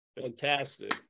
Fantastic